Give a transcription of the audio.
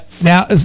Now